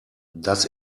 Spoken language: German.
das